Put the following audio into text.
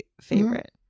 favorite